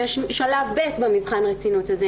יש שלב ב' במבחן רצינות הזה,